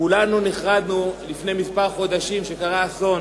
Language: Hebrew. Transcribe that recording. כולנו נחרדנו לפני כמה חודשים כשקרה אסון